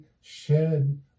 shed